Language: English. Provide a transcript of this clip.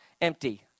empty